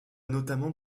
notamment